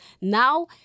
Now